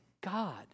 God